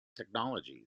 technology